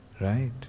Right